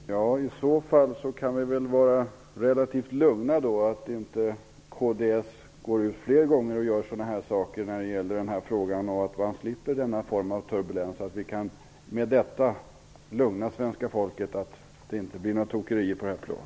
Fru talman! I så fall kan vi väl vara relativt lugna i förvissningen att kds inte gör sådana här saker vid fler tillfällen i denna fråga. Vi slipper då denna form av turbulens, och med detta kan vi lugna svenska folket att det inte blir några tokerier på detta plan.